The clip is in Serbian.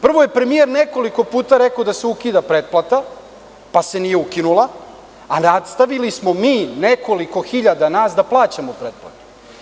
Prvo je premijer nekoliko puta rekao da se ukida pretplata, pa se nije ukinula, a nastavili smo nas nekoliko hiljada da plaćamo pretplatu.